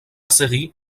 série